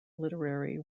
literary